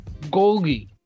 Golgi